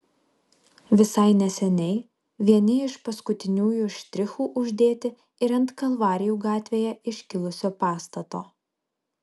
visai neseniai vieni iš paskutiniųjų štrichų uždėti ir ant kalvarijų gatvėje iškilusio pastato